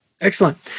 excellent